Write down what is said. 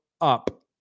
up